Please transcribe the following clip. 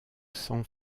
san